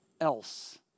else